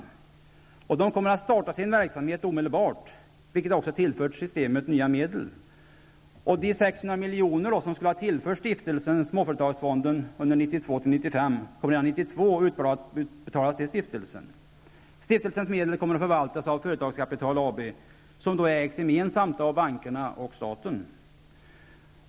Riskkapitalbolagen kommer att starta sin verksamhet omedelbart, vilket också tillför systemet nya medel. De 600 miljoner som skulle ha tillförts Stiftelsen småföretagsfonden under åren 1992--1995 kommer redan 1992 att utbetalas till stiftelsen. Stiftelsens medel kommer att förvaltas av Företagskapital AB, som ägs gemensamt av bankerna och staten.